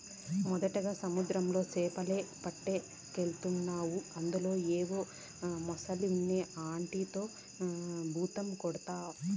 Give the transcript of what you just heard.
మొదటగా సముద్రంలో సేపలే పట్టకెల్తాండావు అందులో ఏవో మొలసకెల్ని ఆటితో బద్రం కొడకా